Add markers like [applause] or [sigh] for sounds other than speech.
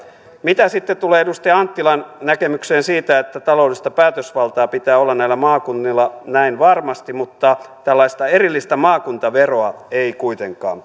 mitä sitten tulee edustaja anttilan näkemykseen siitä että taloudellista päätösvaltaa pitää olla näillä maakunnilla näin varmasti mutta tällaista erillistä maakuntaveroa ei kuitenkaan [unintelligible]